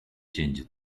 changed